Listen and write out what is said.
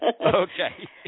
Okay